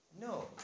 No